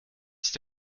ist